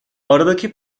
aradaki